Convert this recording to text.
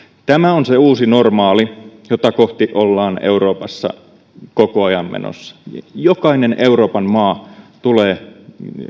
tämä on se uusi normaali jota kohti ollaan euroopassa koko ajan menossa jokainen euroopan maa tulee